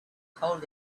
told